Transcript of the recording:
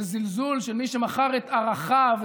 בזלזול במי שמכר את ערכיו,